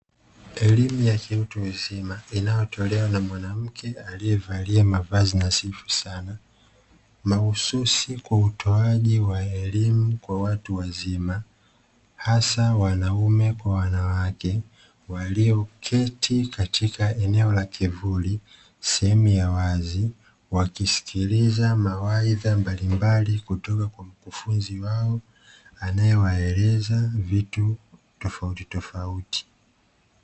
Elimu ya kiutu uzima inayotolewa na mwanamke aliyevalia mavazi nadhifu sana mahususi kwa utoaji wa elimu kwa watu wazima hasa wanaume kwa wanawake, walioketi katika eneo la kivuli sehemu ya wazi wakisikiliza mawaidha mbalimbali kutoka kwa mkufunzi wao anayewaeleza vitu tofautitofauti.